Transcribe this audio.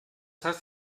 heißt